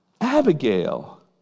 Abigail